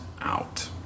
out